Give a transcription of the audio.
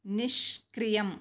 निष्क्रियम्